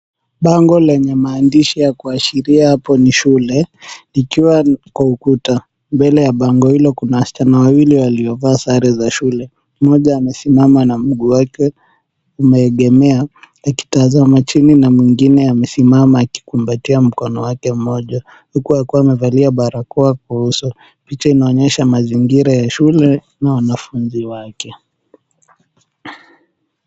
Bango lenye maandishi ya kuashiria hapo ni shule likiwa kwa ukuta. Mbele ya bango hilo kuna wasichana wawili waliovaa sare za shule; mmoja amesimama na mguu wake umeegemea akitazama chini na mwingine amesimama akikumbatia mkono wake mmoja huku akiwa amevalia barakoa kwa uso. Picha inaonyesha mazingira ya shule na wanafunzi wake.